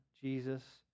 Jesus